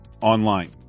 online